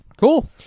Cool